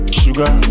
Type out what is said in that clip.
sugar